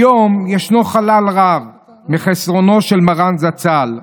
כיום ישנו חלל רב מחסרונו של מרן זצ"ל.